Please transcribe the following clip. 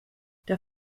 der